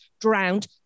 drowned